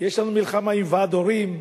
יש לנו מלחמה עם ועד הורים.